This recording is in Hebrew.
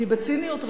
כי בציניות רבה,